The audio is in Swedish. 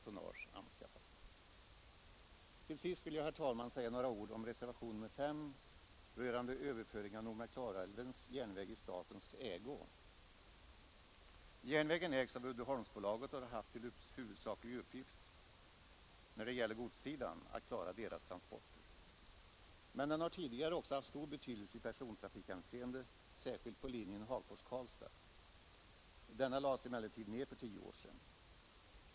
Slutligen, herr talman, vill jag också säga några ord om reservationen 5 rörande överföring av Nordmark—Klarälvens järnväg i statens ägo. Järnvägen ägs av Uddeholmsbolaget och har när det gäller godssidan haft till huvudsaklig uppgift att klara bolagets transporter. Men järnvägen har tidigare också haft stor betydelse i persontrafikhänseende, särskilt på linjen Hagfors-Karlstad. Denna trafik lades emellertid ned för tio år sedan.